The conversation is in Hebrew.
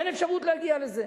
אין אפשרות להגיע לזה.